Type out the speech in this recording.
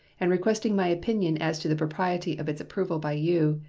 and requesting my opinion as to the propriety of its approval by you,